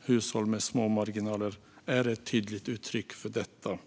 hushåll med små marginaler, är ett tydligt uttryck för detta.